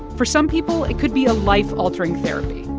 for some people, it could be a life-altering therapy